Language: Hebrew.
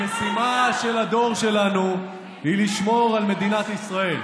המשימה של הדור שלנו היא לשמור על מדינת ישראל.